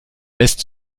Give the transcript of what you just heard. lässt